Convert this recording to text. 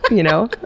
you know?